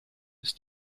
ist